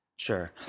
Sure